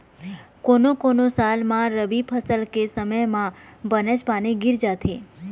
कोनो कोनो साल म रबी फसल के समे म बनेच पानी गिर जाथे